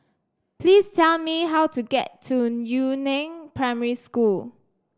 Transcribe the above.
please tell me how to get to Yu Neng Primary School